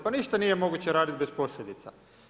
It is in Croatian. Pa ništa nije moguće raditi bez posljedica.